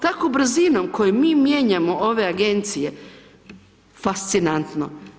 Takvom brzinom kojom mi mijenjamo ove agencije, fascinantno.